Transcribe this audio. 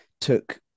took